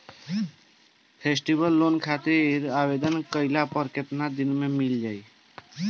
Festival loan खातिर आवेदन कईला पर केतना दिन मे लोन आ जाई?